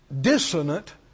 dissonant